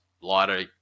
lighter